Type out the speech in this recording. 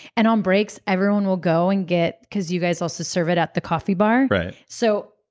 and um breaks, everyone will go and get. because you guys also serve it at the coffee bar right so,